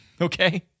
Okay